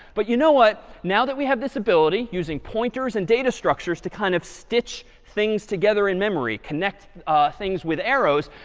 but you know what? now, that we have this ability using pointers and data structures to kind of stitch things together in memory, connect things with arrows,